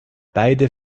beide